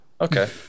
Okay